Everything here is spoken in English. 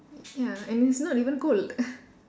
ya and it's not even cold